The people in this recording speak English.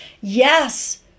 Yes